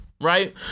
Right